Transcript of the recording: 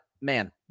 man